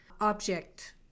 object